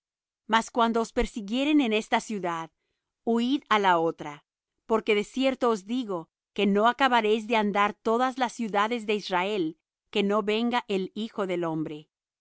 cuando os persiguieren en esta ciudad huid á la otra porque de cierto os digo que no acabaréis de andar todas las ciudades de israel que no venga el hijo del hombre